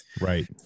Right